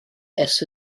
ers